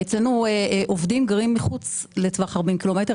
אצלנו עובדים גרים מחוץ לטווח 40 הקילומטרים,